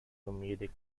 comedic